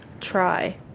Try